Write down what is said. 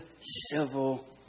civil